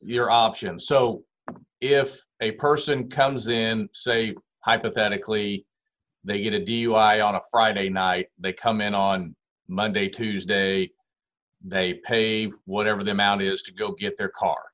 your options so if a person comes in say hypothetically they get a dui on a friday night they come in on monday tuesday they pay whatever the amount is to go get their car